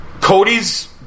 Cody's